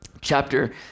chapter